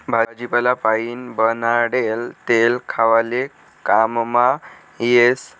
भाजीपाला पाइन बनाडेल तेल खावाले काममा येस